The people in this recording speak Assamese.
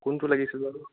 কোনটো লাগিছিল বাৰু